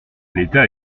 l’état